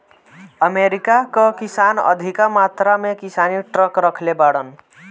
America कअ किसान अधिका मात्रा में किसानी ट्रक रखले बाड़न